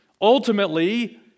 Ultimately